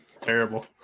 terrible